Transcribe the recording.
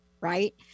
right